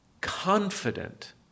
confident